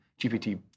GPT